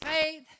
faith